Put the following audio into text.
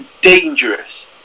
dangerous